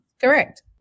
Correct